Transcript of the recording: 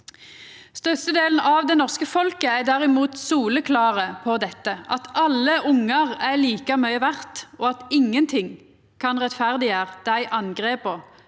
Størstedelen av det norske folket er derimot soleklare på dette: at alle ungar er like mykje verde, og at ingenting kan rettferdiggjera dei angrepa